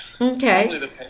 Okay